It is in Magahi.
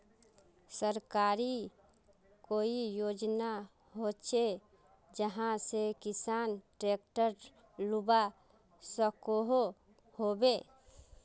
सरकारी कोई योजना होचे जहा से किसान ट्रैक्टर लुबा सकोहो होबे?